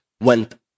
went